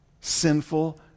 sinful